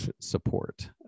support